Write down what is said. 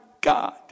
God